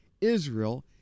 Israel